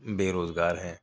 بے روزگار ہیں